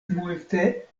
multe